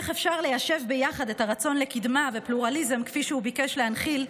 איך אפשר ליישב ביחד את הרצון לקדמה ופלורליזם כפי שהוא ביקש להנחיל,